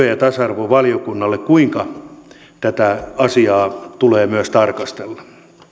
ja tasa arvovaliokunnalle siitä kuinka tätä asiaa tulee myös tarkastella